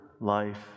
Life